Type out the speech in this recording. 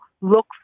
look